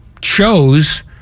chose